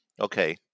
Okay